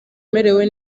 umerewe